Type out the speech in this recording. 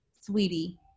Sweetie